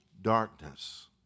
darkness